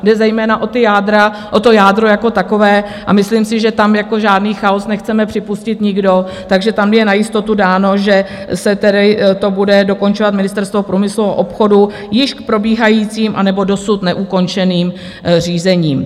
Jde zejména o jádro jako takové a myslím si, že tam žádný chaos nechceme připustit nikdo, takže tam je na jistotu dáno, že se tedy to bude dokončovat Ministerstvo průmyslu a obchodu již k probíhajícím anebo dosud neukončeným řízením.